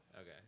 Okay